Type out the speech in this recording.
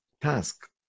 task